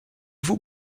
vous